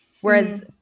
whereas